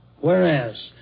Whereas